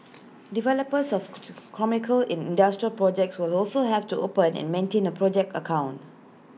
developers of commercial in industrial projects will also have to open and maintain A project account